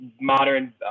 modern